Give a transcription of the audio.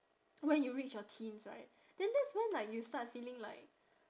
when you reach your teens right then that's when like you start feeling like